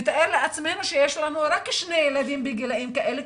נתאר לעצמנו שיש לנו רק שני ילדים בגילאים האלה,